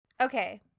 Okay